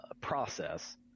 process